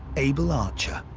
able archer,